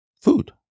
food